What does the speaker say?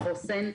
ולחוסן.